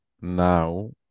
now